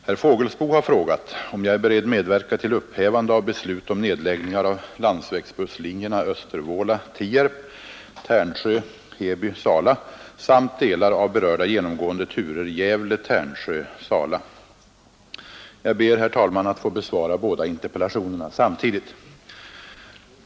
Herr Fågelsbo har frågat om jag är beredd medverka till upphävande av beslut om nedläggningar av landsvägsbusslinjerna Östervåla—Tierp, Tärnsjö-Heby—Sala samt delar av berörda genomgående turer Gävle— Tärnsjö—Sala. Jag ber, herr talman, att få besvara båda interpellationerna samtidigt.